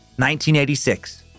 1986